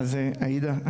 אז עאידה,